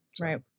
Right